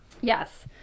Yes